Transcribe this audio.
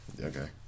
Okay